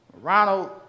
Ronald